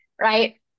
right